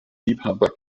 liebhaber